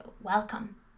welcome